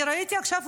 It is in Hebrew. אני ראיתי עכשיו,